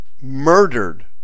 murdered